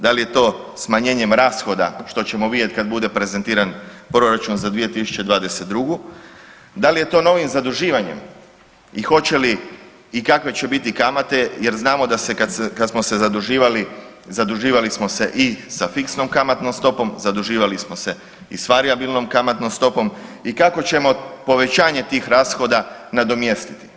Da li je to smanjenjem rashoda što ćemo vidjeti kad bude prezentiran proračun za 2022., da li je to novim zaduživanjem i hoće li i kakve će biti kamate jer znamo da se kad smo se zaduživali, zaduživali smo se i sa fiksnom kamatnom stopom, zaduživali smo se i s varijabilnom kamatnom stopom i kako ćemo povećanje tih rashoda nadomjestiti?